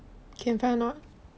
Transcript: can find or not